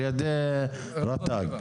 על ידי רת"ג.